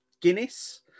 Guinness